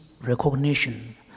recognition